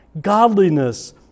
godliness